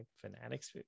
fanatics